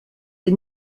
des